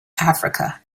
africa